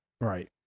Right